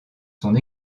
son